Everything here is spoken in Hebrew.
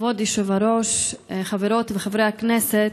כבוד היושב-ראש, חברות וחברי הכנסת,